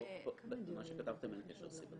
במה שכתבתם אין קשר סיבתי.